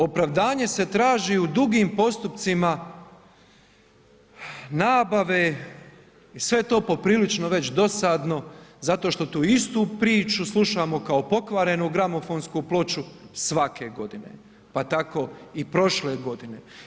Opravdanje se traži u drugim postupcima nabave i sve je to poprilično već dosadno zato što tu istu priču slušamo kao pokvarenu gramofonsku ploču svake godine, pa tako i prošle godine.